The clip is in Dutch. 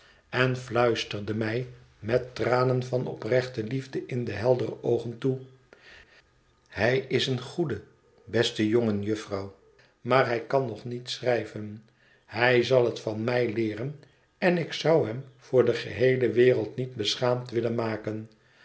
en fluisterde mij met tranen van oprechte liefde in de heldere oogen toe hij is een goede beste jongen jufvrouw maar hij kan nog niet schrijven hij zal het van mij leeren en ik zou hem voor de geheele wereld niet beschaamd willen maken